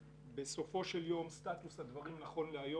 בסופו של יום סטטוס הדברים נכון להיום,